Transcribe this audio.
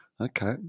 Okay